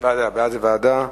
בעד זה ועדה.